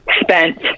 spent